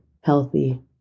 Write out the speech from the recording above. healthy